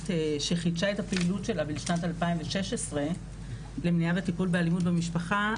שחידשה את הפעילות שלה בשנת 2016 למניעה וטיפול באלימות במשפחה,